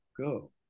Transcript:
go